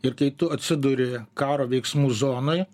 ir kai tu atsiduri karo veiksmų zonoj